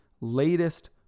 latest